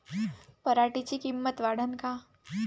पराटीची किंमत वाढन का?